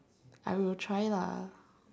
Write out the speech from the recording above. I will try lah